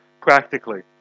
practically